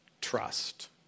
trust